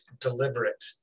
deliberate